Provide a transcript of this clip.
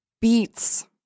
beats